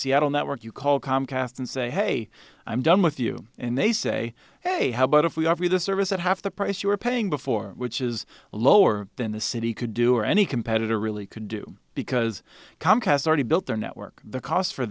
seattle network you call comcast and say hey i'm done with you and they say hey how about if we offer you the service at half the price you're paying before which is lower than the city could do or any competitor really could do because comcast already built their network the cost for